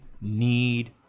need